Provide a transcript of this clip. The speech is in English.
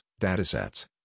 datasets